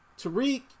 Tariq